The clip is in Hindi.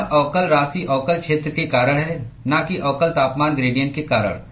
यह अवकल राशि अवकल क्षेत्र के कारण है न कि अवकल तापमान ग्रेडिएंट के कारण